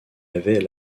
avait